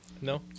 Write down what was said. No